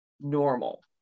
normal